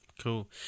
Cool